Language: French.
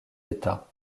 état